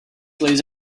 plays